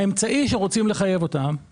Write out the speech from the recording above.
האמצעי שרוצים לחייב אותם הוא